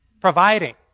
providing